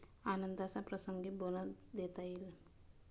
आनंदाच्या प्रसंगी बोनस देता येईल